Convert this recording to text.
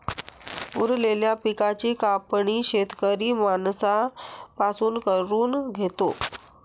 उरलेल्या पिकाची कापणी शेतकरी माणसां पासून करून घेतो